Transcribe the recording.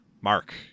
Mark